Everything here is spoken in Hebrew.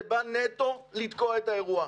זה בא נטו לתקוע את האירוע,